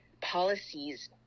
policies